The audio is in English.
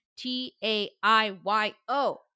T-A-I-Y-O